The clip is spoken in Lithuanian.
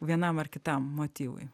vienam ar kitam motyvui